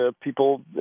people